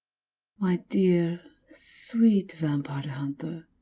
my dear, sweet vampire hunter.